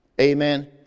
Amen